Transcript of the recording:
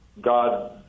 God